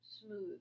smooth